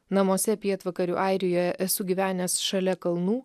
namuose pietvakarių airijoje esu gyvenęs šalia kalnų